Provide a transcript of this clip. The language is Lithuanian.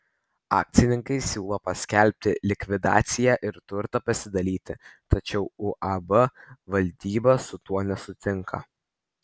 akcininkai siūlo paskelbti likvidaciją ir turtą pasidalyti tačiau uab valdyba su tuo nesutinka